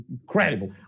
incredible